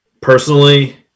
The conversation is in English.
Personally